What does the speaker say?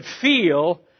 feel